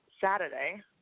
Saturday